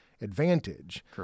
Advantage